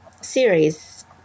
series